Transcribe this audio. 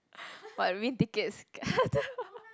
what you win tickets